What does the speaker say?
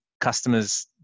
customers